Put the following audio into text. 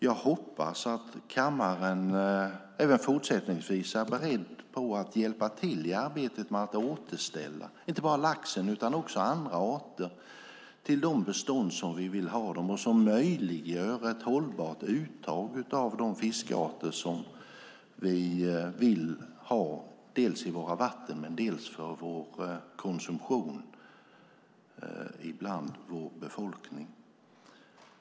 Jag hoppas att kammaren även fortsättningsvis är beredd att hjälpa till i arbetet med att återställa inte bara laxen utan också andra arter till de bestånd vi vill ha och som möjliggör ett hållbart uttag av de fiskarter som vi vill ha dels i våra vatten, dels för konsumtionen bland vår befolkning.